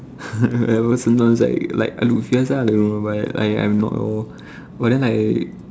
like sometimes like like I look fierce lah I don't know why I'm not normal but then like